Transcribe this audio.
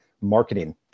marketing